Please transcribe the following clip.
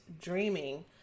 dreaming